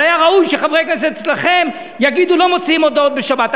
אבל היה ראוי שחברי כנסת אצלכם יגידו: לא מוציאים הודעות בשבת.